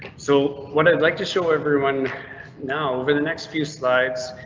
so what i'd like to show everyone now over the next few slides